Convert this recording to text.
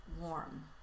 warm